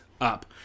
up